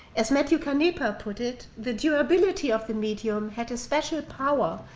as matthew canepa put it, the durability of the medium had a special power.